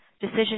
decision